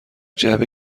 جعبه